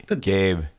Gabe